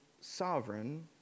sovereign